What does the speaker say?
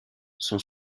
sont